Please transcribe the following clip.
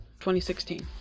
2016